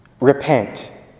repent